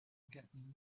getting